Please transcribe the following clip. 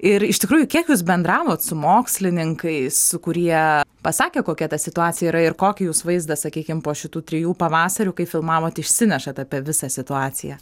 ir iš tikrųjų kiek jūs bendravot su mokslininkais kurie pasakė kokia ta situacija yra ir kokį jūs vaizdą sakykim po šitų trijų pavasarių kai filmavot išsinešat apie visą situaciją